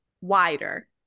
wider